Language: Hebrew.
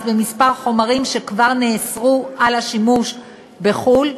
בכמה חומרים שכבר נאסרו לשימוש בחו"ל,